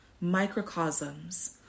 microcosms